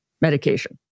medication